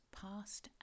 past